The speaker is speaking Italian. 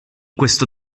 questo